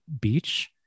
Beach